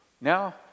Now